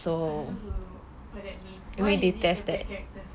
anyway they tested